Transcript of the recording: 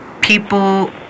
people